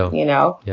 know, you know, yeah